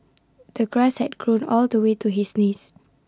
the grass had grown all the way to his knees